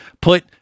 put